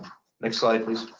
next slide, please.